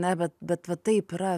na bet bet va taip yra